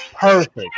perfect